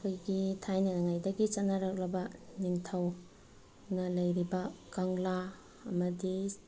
ꯑꯩꯈꯣꯏꯒꯤ ꯊꯥꯏꯅꯉꯩꯗꯒꯤ ꯆꯠꯅꯔꯛꯂꯕ ꯅꯤꯡꯊꯧꯅ ꯂꯩꯔꯤꯕ ꯀꯪꯂꯥ ꯑꯃꯗꯤ